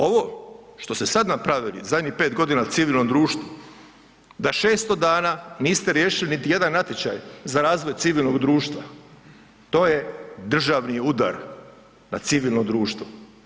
Ovo što ste sad napravili zadnjih 5 godina civilnom društvu da 600 dana niste riješili niti jedan natječaj za razvoj civilnog društva to je državni udar na civilno društvo.